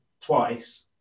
twice